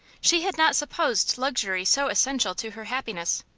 she had not supposed luxury so essential to her happiness.